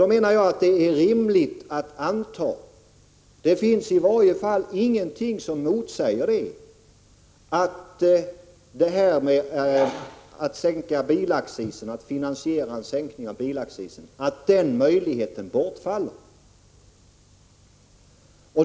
Då menar jag att det är rimligt att anta — det finns i varje fall ingenting som motsäger detta — att den möjligheten att finansiera bilaccisen bortfaller.